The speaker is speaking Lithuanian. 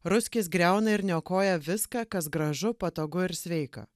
ruskis griauna ir niokoja viską kas gražu patogu ir sveika